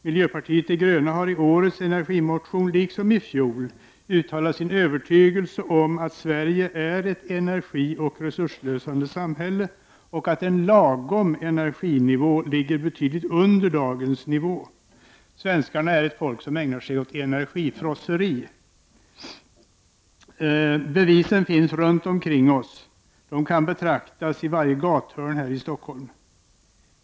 Miljöpartiet de gröna har i årets energimotion, liksom i fjol, uttalat sin övertygelse om att Sverige är ett energioch resursslösande samhälle och att en ”lagom” energinivå ligger betydligt under dagens nivå. Svenskarna är ett folk som ägnar sig åt energifrosseri. Bevisen finns runt omkring oss. De kan betraktas i varje gathörn här i Stockholm.